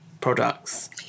products